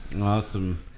Awesome